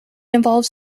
involves